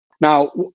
Now